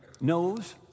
knows